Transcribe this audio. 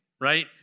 right